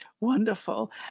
Wonderful